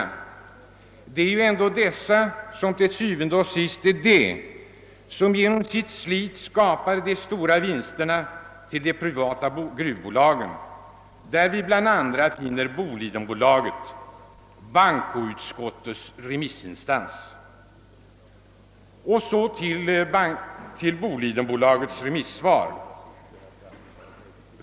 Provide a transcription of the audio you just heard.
Det är ändå dessa som til syvende og sidst genom sitt slit skapar de stora vinsterna för de privata gruvbolagen, bl.a. Bolidenbolaget — bankoutskottets remissinstans. Så till Bolidenbolagets remissvar.